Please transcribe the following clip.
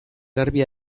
garbi